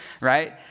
right